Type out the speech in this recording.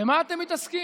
במה אתם מתעסקים?